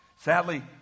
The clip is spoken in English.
Sadly